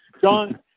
John